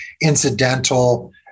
incidental